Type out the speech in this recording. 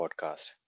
Podcast